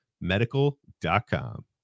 medical.com